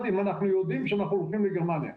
אם אנחנו יודעים שאנחנו עובדים עם גרמניה.